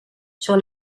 sur